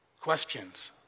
questions